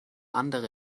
andere